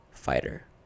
fighter